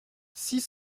six